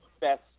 best